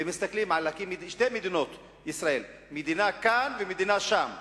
ומסתכלים על להקים שתי מדינות ישראל: מדינה כאן ומדינה שם,